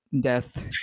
death